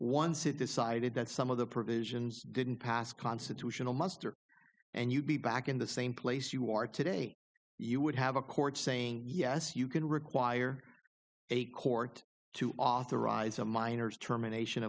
it decided that some of the provisions didn't pass constitutional muster and you'd be back in the same place you are today you would have a court saying yes you can require a court to authorize a minors termination